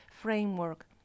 framework